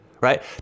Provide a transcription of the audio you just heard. right